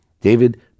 David